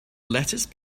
lettuce